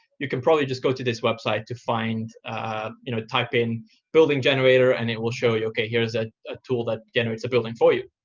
you can probably just go to this website to you know type in building generator. and it will show you, ok, here's ah a tool that generates a building for you.